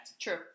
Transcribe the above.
True